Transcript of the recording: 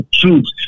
truth